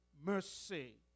mercy